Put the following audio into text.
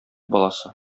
баласы